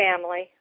family